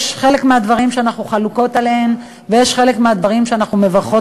בחלק מהדברים אנחנו חלוקות ועל חלק מהדברים אנחנו מברכות,